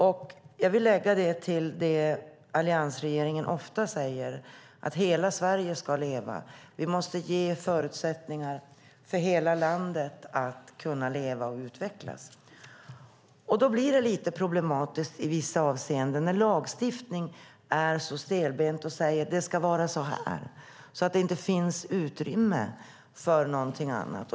Jag vill därför lägga det till vad alliansregeringen ofta säger, nämligen att hela Sverige ska leva, att vi måste ge förutsättningar för hela landet att leva och utvecklas. Det blir problematiskt i vissa avseenden när lagstiftningen är stelbent och säger: Det ska vara så här, så att det inte finns utrymme för någonting annat.